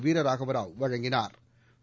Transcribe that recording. வீரராகவராவ் வழங்கினாா்